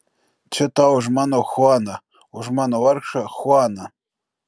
čia tau už mano chuaną už mano vargšą chuaną